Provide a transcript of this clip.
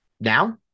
Now